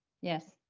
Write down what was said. yes